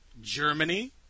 Germany